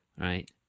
right